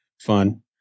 fun